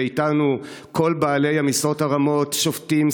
ואיתנו כל בעלי המשרות הרמות: שופטים,